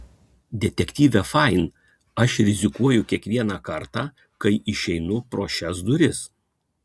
detektyve fain aš rizikuoju kiekvieną kartą kai išeinu pro šias duris